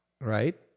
right